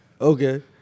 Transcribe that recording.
Okay